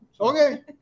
Okay